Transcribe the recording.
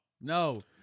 no